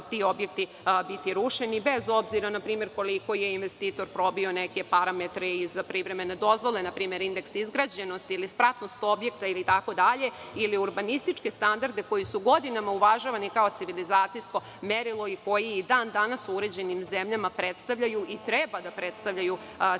ti objekti biti rušeni, bez obzira na to koliko je investitor probio neke parametre i za privremene dozvole, npr. indeks izgrađenosti ili spratnost objekta ili urbanističke standarde koji su godinama uvažavani kao civilizacijsko merilo i koji i dan danas u uređenim zemljama predstavljaju i treba da predstavljaju civilizacijsko